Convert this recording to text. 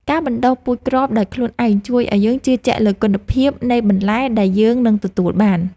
ការបណ្តុះគ្រាប់ពូជដោយខ្លួនឯងជួយឱ្យយើងជឿជាក់លើគុណភាពនៃបន្លែដែលយើងនឹងទទួលបាន។